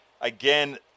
again